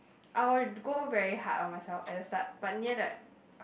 I'll go very hard on myself at the start but near the